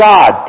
God